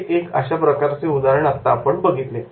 हे अशा प्रकारचे एक उदाहरण आपण बघितले